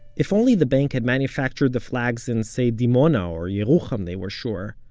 if only the bank had manufactured the flags in say dimona or yeruham, they were sure,